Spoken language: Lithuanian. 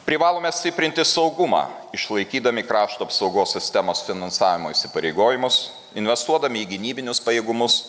privalome stiprinti saugumą išlaikydami krašto apsaugos sistemos finansavimo įsipareigojimus investuodami į gynybinius pajėgumus